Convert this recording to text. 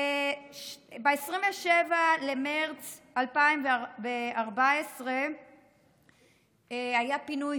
ב-27 במרץ 2014 היה פינוי